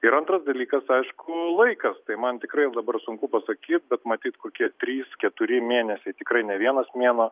ir antras dalykas aišku laikas tai man tikrai dabar sunku pasakyt bet matyt kokie trys keturi mėnesiai tikrai ne vienas mėnuo